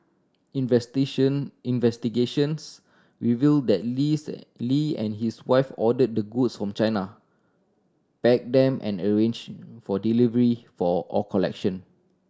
investigation investigations revealed that Lees Lee and his wife ordered the goods from China packed them and arranged for delivery for all collection